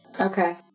Okay